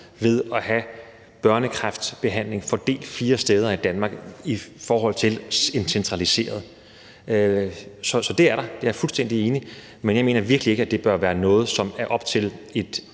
ved at have børnekræftbehandling fordelt fire steder i Danmark i forhold til en centraliseret behandling. Det er der; jeg er fuldstændig enig. Men jeg mener virkelig ikke, at noget så centralt